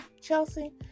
Chelsea